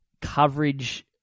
coverage